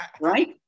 Right